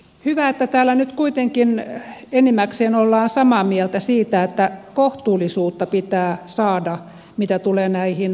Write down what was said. hyvä että täällä nyt kuitenkin enimmäkseen ollaan samaa mieltä siitä että kohtuullisuutta pitää saada mitä tulee näihin palkitsemisjärjestelmiin